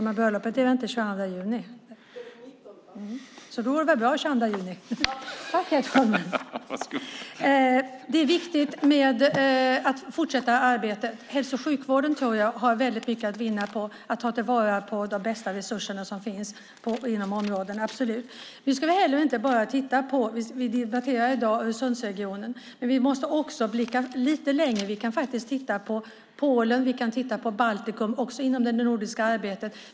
Herr talman! Men bröllopet är den 19 juni, så då går det väl bra den 22 juni. Det är viktigt att fortsätta arbetet. Jag tror att hälso och sjukvården har väldigt mycket att vinna på att ta till vara de bästa resurserna som finns inom områdena. Vi debatterar i dag Öresundsregionen, men vi måste också blicka lite längre. Vi kan titta på Polen och Baltikum också inom det nordiska arbetet.